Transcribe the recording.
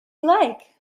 like